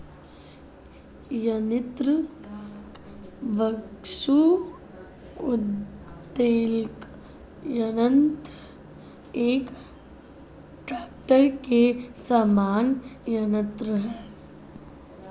यान्त्रिक वृक्ष उद्वेलक यन्त्र एक ट्रेक्टर के समान यन्त्र है